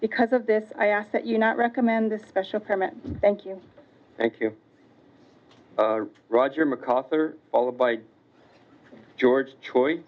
because of this i ask that you not recommend a special permit thank you thank you roger mcarthur followed by george choice